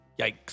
Yikes